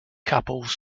couples